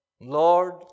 Lord